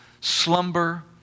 slumber